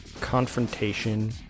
Confrontation